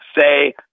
say